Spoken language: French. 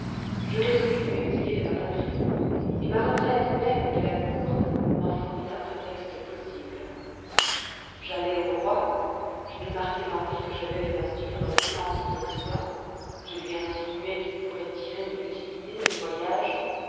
je résolus de m'exiler de ma patrie et ma retraite même de la cour m'en fournit un prétexte plausible j'allai au roi je lui marquai l'envie que j'avois de m'instruire dans les sciences de l'occident je lui insinuai qu'il pourroit tirer de l'utilité de mes voyages